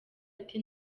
ati